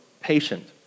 patient